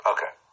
Okay